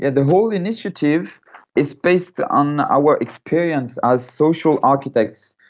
the whole initiative is based on our experience as social architects.